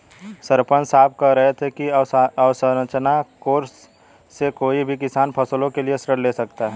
सरपंच साहब कह रहे थे कि अवसंरचना कोर्स से कोई भी किसान फसलों के लिए ऋण ले सकता है